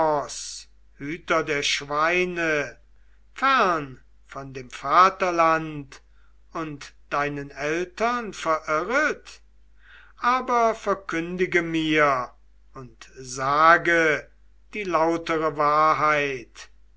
der schweine fern von dem vaterland und deinen eltern verirret aber verkündige mir und sage die lautere wahrheit